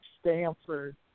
Stanford